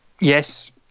Yes